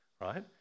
right